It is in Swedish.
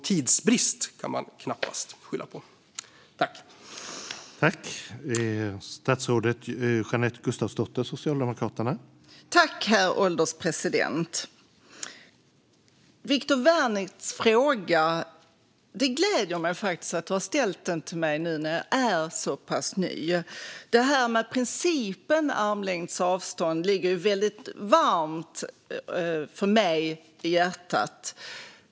Tidsbrist kan man alltså knappast skylla på.